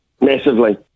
Massively